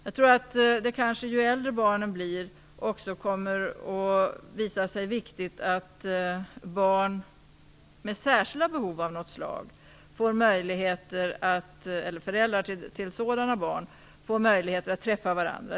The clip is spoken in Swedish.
Jag tror också att det kommer att visa sig viktigt ju äldre barnen blir att föräldrar till barn med särskilda behov får möjligheter att träffa varandra.